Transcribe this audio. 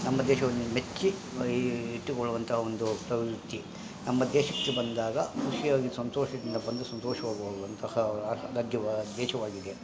ನಮ್ಮ ದೇಶವನ್ನು ಮೆಚ್ಚಿ ಇಟ್ಟುಕೊಳ್ಳುವಂತ ಒಂದು ಪ್ರವೃತ್ತಿ ನಮ್ಮ ದೇಶಕ್ಕೆ ಬಂದಾಗ ಖುಷಿಯಾಗಿ ಸಂತೋಷದಿಂದ ಬಂದು ಸಂತೋಷವಾಗಿ ಹೋಗುವಂತಹ ರಾಜ್ಯವಾ ದೇಶವಾಗಿದೆ